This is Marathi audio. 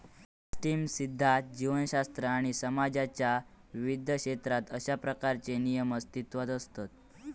सिस्टीम सिध्दांत, जीवशास्त्र आणि समाजाच्या विविध क्षेत्रात अशा प्रकारचे नियम अस्तित्वात असत